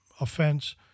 offense